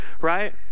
right